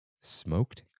smoked